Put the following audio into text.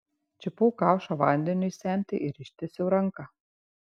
čiupau kaušą vandeniui semti ir ištiesiau ranką